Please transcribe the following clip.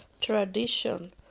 tradition